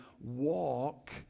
walk